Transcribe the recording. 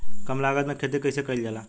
कम लागत में खेती कइसे कइल जाला?